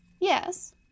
Yes